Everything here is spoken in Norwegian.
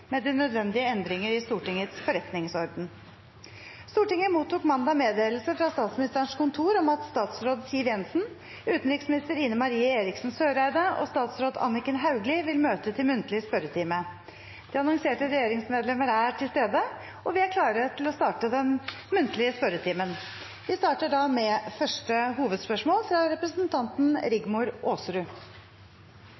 med de nødvendige endringer i Stortingets forretningsorden. Stortinget mottok mandag meddelelse fra Statsministerens kontor om at statsråd Siv Jensen, utenriksminister Ine M. Eriksen Søreide og statsråd Anniken Hauglie vil møte til muntlig spørretime. De annonserte regjeringsmedlemmer er til stede, og vi er klare til å starte den muntlige spørretimen. Vi starter da med første hovedspørsmål, fra representanten